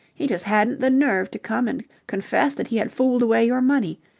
he just hadn't the nerve to come and confess that he had fooled away your money.